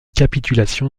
capitulation